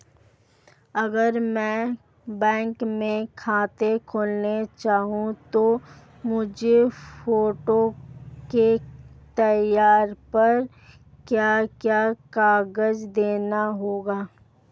अगर मैं बैंक में खाता खुलाना चाहूं तो मुझे प्रूफ़ के तौर पर क्या क्या कागज़ देने होंगे?